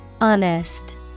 Honest